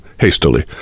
hastily